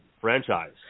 franchise